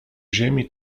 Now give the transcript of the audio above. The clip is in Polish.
ziemi